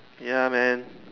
ya man